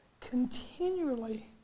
continually